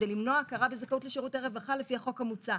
"כדי למנוע הכרה בזכאות לשירותי רווחה לפי החוק המוצע".